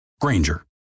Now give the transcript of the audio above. Granger